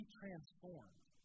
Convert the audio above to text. transformed